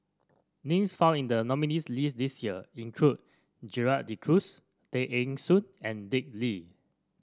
names found in the nominees' list this year include Gerald De Cruz Tay Eng Soon and Dick Lee